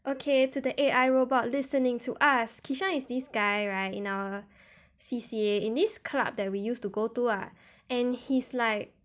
okay to the A_I robot listening to us kishan is this guy right in our C_C_A in this club that we used to go to ah and he's like